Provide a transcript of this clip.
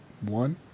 one